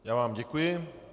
Já vám děkuji.